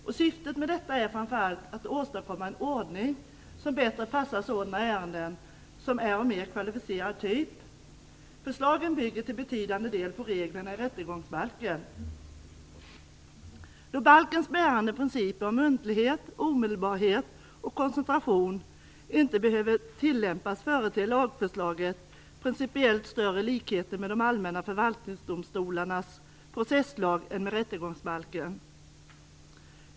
Syftet med detta är framför allt att åstadkomma en ordning som bättre passar sådana ärenden som är av mer kvalificerad typ. Förslaget bygger till betydande del på reglerna i rättegångsbalken. Då balkens bärande principer om muntlighet, omedelbarhet och koncentration inte behöver tillämpas företer lagförslaget principiellt större likheter med de allmänna förvaltningsdomstolarnas processlag än med rättegångsbalken.